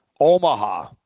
Omaha